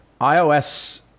iOS